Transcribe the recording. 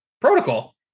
protocol